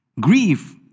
Grief